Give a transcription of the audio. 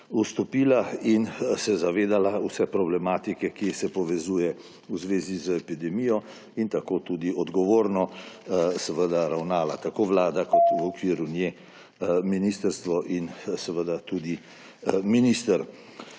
vstopila in se zavedala vse problematike, ki se povezuje v zvezi z epidemijo, in tako tudi odgovorno ravnala, tako Vlada kot v okviru nje ministrstvo in seveda tudi minister.